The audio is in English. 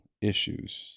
issues